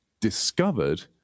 discovered